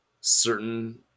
certain